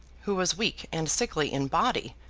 who was weak and sickly in body,